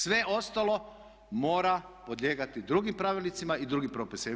Sve ostalo mora podlijegati drugim pravilnicima i drugim propisima.